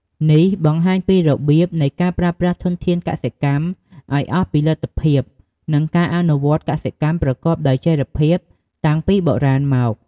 នេះបង្ហាញពីរបៀបនៃការប្រើប្រាស់ធនធានកសិកម្មឱ្យអស់ពីលទ្ធភាព និងការអនុវត្តកសិកម្មប្រកបដោយចីរភាពតាំងពីបុរាណមក។